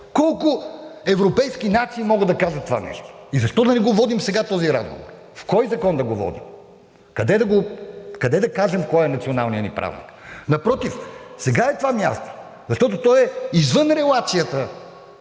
Колко европейски нации могат да кажат това нещо? И защо да не го водим сега този разговор? В кой закон да го водим? Къде да кажем кой е националният ни празник? Напротив, сега е това място. Защото то е извън релацията